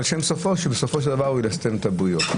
על שם סופו, שבסופו של דבר הוא ילסטם את הבריות.